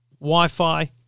Wi-Fi